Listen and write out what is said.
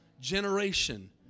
generation